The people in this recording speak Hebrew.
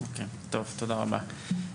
טוב, תודה רבה.